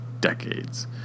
decades